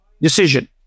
decision